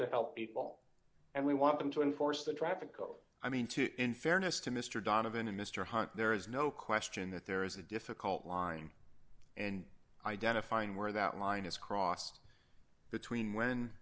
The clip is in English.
to help people and we want them to enforce the traffic go i mean to in fairness to mr donovan and mr hunt there is no question that there is a difficult line and identifying where that line is crossed the tween when